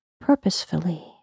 purposefully